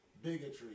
Bigotry